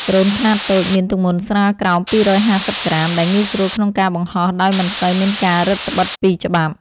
ដ្រូនខ្នាតតូច មានទម្ងន់ស្រាលក្រោម ២៥០ក្រាម ដែលងាយស្រួលក្នុងការបង្ហោះដោយមិនសូវមានការរឹតត្បិតពីច្បាប់។